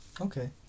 Okay